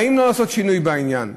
האם לא לעשות שינוי בעניין?